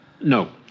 No